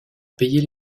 payer